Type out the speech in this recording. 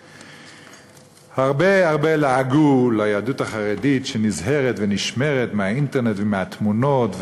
הרבה הרבה לעגו ליהדות החרדית שנזהרת ונשמרת מהאינטרנט ומהתמונות,